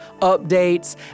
updates